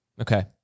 Okay